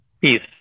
peace